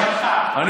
רע"מ, השותפים שלך.